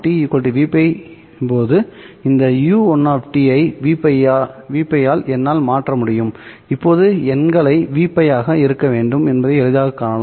U1Vπ போது இந்த u1 ஐ Vπ ஆல் என்னால் மாற்ற முடியும் இப்போது எண்களை Vπ ஆக இருக்க வேண்டும் என்பதை எளிதாகக் காணலாம்